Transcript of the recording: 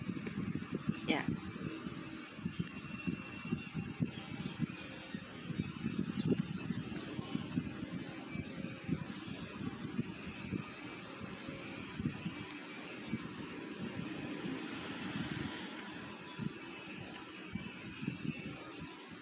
ya